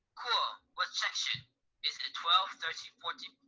ah what is it twelve, thirteen, fourteen,